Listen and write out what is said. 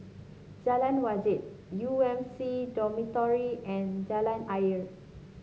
Jalan Wajek U M C Dormitory and Jalan Ayer